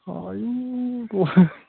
आयु